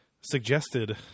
suggested